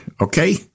Okay